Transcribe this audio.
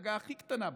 המפלגה הכי קטנה בכנסת.